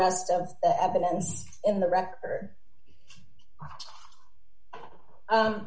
rest of the evidence in the record